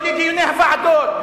לא לדיוני הוועדות,